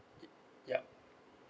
yup